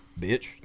bitch